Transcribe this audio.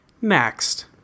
Next